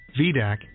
VDAC